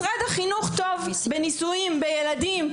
משרד החינוך טוב בניסויים בילדים.